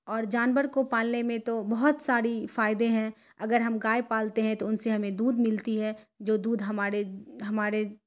اور جانبر کو پالنے میں تو بہت ساری فائدے ہیں اگر ہم گائے پالتے ہیں تو ان سے ہمیں دودھ ملتی ہے جو دودھ ہمارے ہمارے